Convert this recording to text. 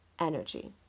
energy